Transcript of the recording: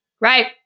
Right